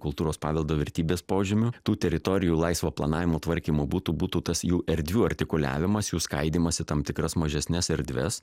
kultūros paveldo vertybės požymių tų teritorijų laisvo planavimo tvarkymo būtų būtų tas jų erdvių artikuliavimas jų skaidymas į tam tikras mažesnes erdves